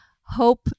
hope